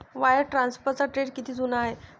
Wire ट्रान्सफरचा trend किती जुना आहे?